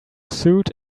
suite